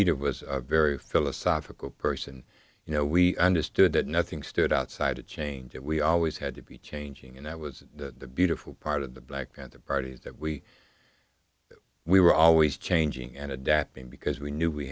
believe it was a very philosophical person and you know we understood that nothing stood outside to change it we always had to be changing and that was the beautiful part of the black panther party that we we were always changing and adapting because we knew we